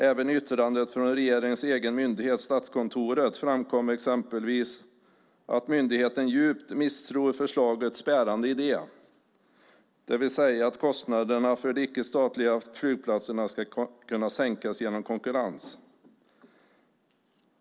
Även i yttrandet från regeringens egen myndighet, Statskontoret, framkommer exempelvis att myndigheten djupt misstror förslagets bärande idé, det vill säga att kostnaderna för de icke-statliga flygplatserna ska kunna sänkas genom konkurrens.